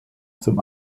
zum